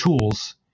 tools